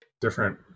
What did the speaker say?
different